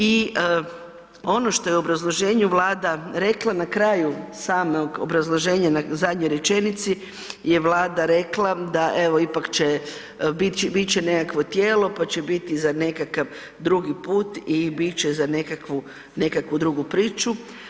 I ono što je u obrazloženju Vlada rekla na kraju samog obrazloženja, zadnjoj rečenici, je Vlada rekla da evo ipak će bit će nekakvo tijelo, pa će biti za nekakav drugi put i bit će za nekakvu drugu priču.